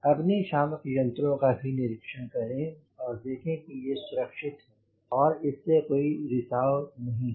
अग्निशामक यंत्रों का भी निरीक्षण करें और देखें कि ये सुरक्षित हैं और इससे कोई रिसाव नहीं हो